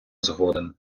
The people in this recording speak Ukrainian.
згоден